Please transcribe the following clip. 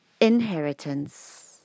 inheritance